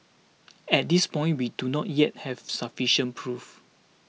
at this point we do not yet have sufficient proof